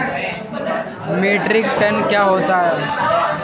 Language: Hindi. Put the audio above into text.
मीट्रिक टन क्या होता है?